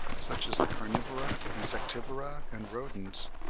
such as the carnivora, insectivora, and rodents,